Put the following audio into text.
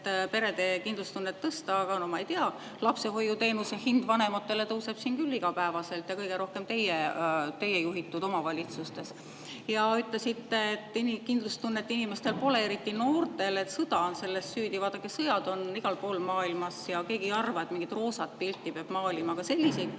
perede kindlustunnet tõsta, aga no ma ei tea, lapsehoiuteenuse hind vanematele tõuseb küll igapäevaselt ja kõige rohkem teie juhitud omavalitsustes. Ja te ütlesite, et selles, et inimestel, eriti noortel, pole kindlustunnet, on süüdi sõda. Vaadake, sõjad on igal pool maailmas ja keegi ei arva, et mingit roosat pilti peab maalima. Aga et selliseid pilte